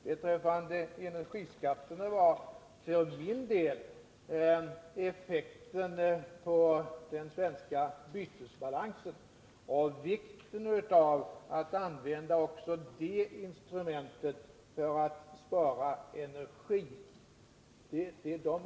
Beträffande energiskatterna var för min del de avgörande argumenten effekten på den svenska bytesbalansen och vikten av att använda också detta instrument för att spara energi.